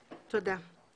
תודה.